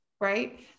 right